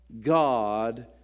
God